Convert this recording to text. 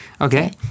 Okay